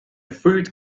fruit